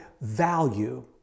value